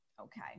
Okay